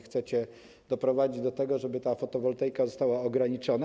Chcecie doprowadzić do tego, żeby ta fotowoltaika została ograniczona.